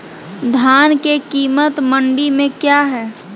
धान के कीमत मंडी में क्या है?